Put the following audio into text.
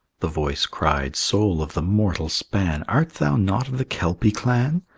the voice cried, soul of the mortal span, art thou not of the kelpie clan?